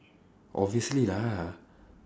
obviously lah